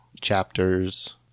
chapters